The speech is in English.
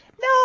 No